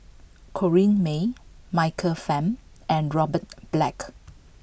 Corrinne May Michael Fam and Robert Black